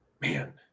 man